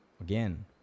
again